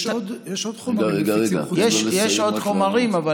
יש עוד חומרים נפיצים חוץ,